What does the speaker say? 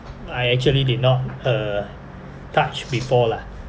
I actually did not uh touch before lah